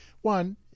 one